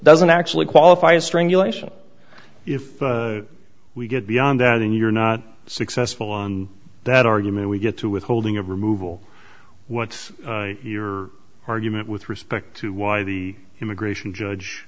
doesn't actually qualify as strangulation if we get beyond that and you're not successful on that argument we get to withholding of removal what's your argument with respect to why the immigration judge